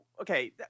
okay